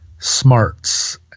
smarts